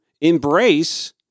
embrace